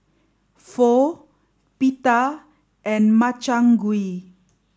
Pho Pita and Makchang Gui